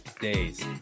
days